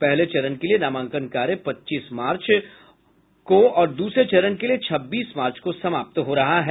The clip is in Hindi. पहले चरण के लिए नामांकन कार्य पच्चीस मार्च को और दूसरे चरण के लिए छब्बीस मार्च को समाप्त हो रहा है